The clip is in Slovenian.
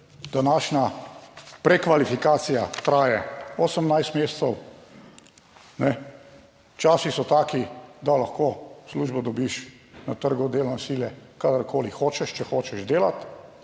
Današnja prekvalifikacija traja 18 mesecev. Časi so taki, da lahko službo dobiš na trgu delovne sile kadarkoli hočeš, če hočeš delati.